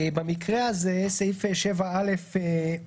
במקרה הזה, סעיף 7א(ב)(2)